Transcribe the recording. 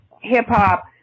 hip-hop